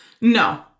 no